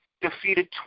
defeated